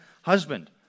husband